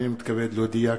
הנני מתכבד להודיע,